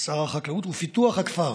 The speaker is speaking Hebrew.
שר החקלאות ופיתוח הכפר.